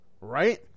right